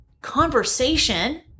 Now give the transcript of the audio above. conversation